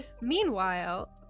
Meanwhile